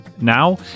now